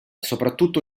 soprattutto